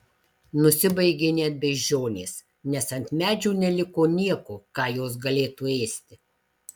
nusibaigė net beždžionės nes ant medžių neliko nieko ką jos galėtų ėsti